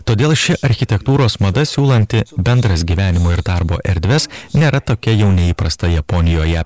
todėl ši architektūros mada siūlanti bendras gyvenimo ir darbo erdves nėra tokia jau neįprasta japonijoje